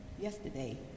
yesterday